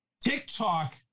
TikTok